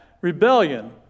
rebellion